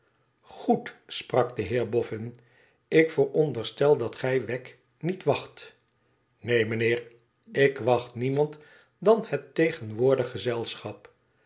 igoed sprak de heer boffin ilk vooronderstel dat gij wegg niet wacht neen mijnheer ik wacht niemand dan het tegenwoordig gezelschap